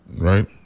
right